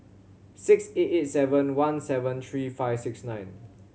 six eight eight seven one seven three five six nine